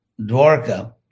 Dwarka